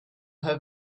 her